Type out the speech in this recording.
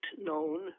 known